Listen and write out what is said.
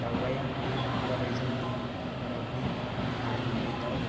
दावराया जाबाय जोंनि भारतनि हारिमायारि दाव